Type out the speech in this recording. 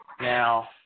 Now